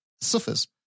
suffers